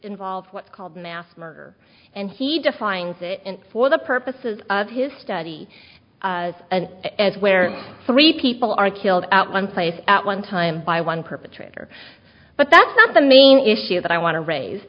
involved what's called mass murder and he defines it and for the purposes of his study and as where three people are killed at one place at one time by one perpetrator but that's not the main issue that i want to raise